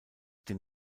den